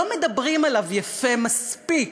לא מדברים עליו יפה מספיק,